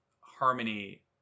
harmony